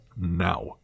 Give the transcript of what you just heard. now